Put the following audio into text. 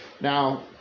Now